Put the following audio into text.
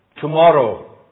Tomorrow